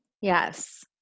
Yes